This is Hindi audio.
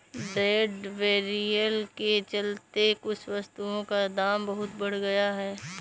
ट्रेड बैरियर के चलते कुछ वस्तुओं का दाम बहुत बढ़ गया है